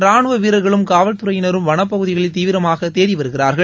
ராணவ வீரர்களும் காவல் துறையினரும் வனப்பகுதிகளில் தீவிரவாக தேடி வருகிறார்கள்